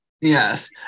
Yes